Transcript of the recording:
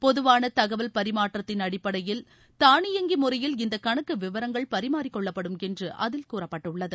பொதுவான தகவல் பரிமாற்றத்தின் அடிப்படையில் தானியங்கி முறையில் இந்த கணக்கு விவரங்கள் பரிமாறிக்கொள்ளப்படும் என்றும் அதில் கூறப்பட்டுள்ளது